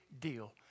deal